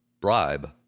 bribe